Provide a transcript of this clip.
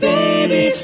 Baby